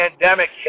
pandemic